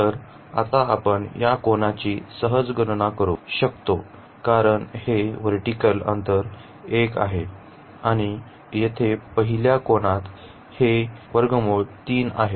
तर आता आपण या कोनाची सहज गणना करू शकतो कारण हे व्हर्टीकल अंतर 1 आहे आणि येथे पहिल्या कोनात हे आहे